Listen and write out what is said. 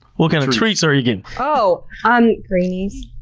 what kind of treats are you getting? oh! um greenies.